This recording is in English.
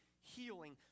healing